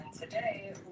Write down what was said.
today